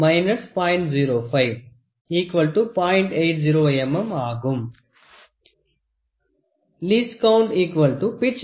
Least Count L